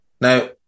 Now